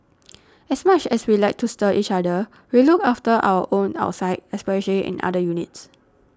as much as we like to stir each other we look after our own outside especially in other units